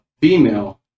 female